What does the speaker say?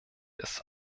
des